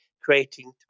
creating